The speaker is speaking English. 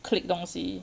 click 东西